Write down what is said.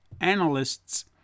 analysts